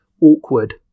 awkward